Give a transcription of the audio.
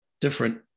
Different